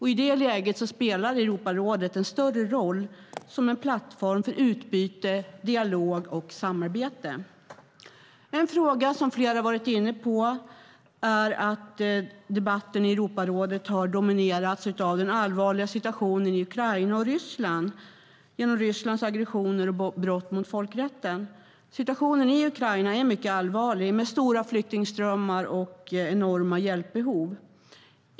I det läget spelar Europarådet en större roll som en plattform för utbyte, dialog och samarbete. En fråga som flera har varit inne på är att debatten i Europarådet har dominerats av den allvarliga situationen i Ukraina och Ryssland genom Rysslands aggressioner och brott mot folkrätten. Situationen i Ukraina är mycket allvarlig med stora flyktingströmmar och enorma hjälpbehov.